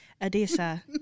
Adisa